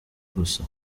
gusa